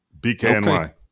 BKNY